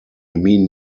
mean